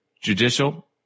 judicial